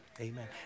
Amen